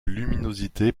luminosité